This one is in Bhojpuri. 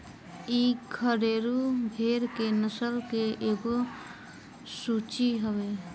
इ घरेलु भेड़ के नस्ल के एगो सूची हवे